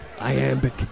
iambic